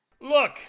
Look